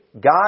God